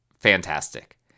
Fantastic